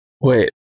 Wait